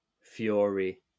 Fury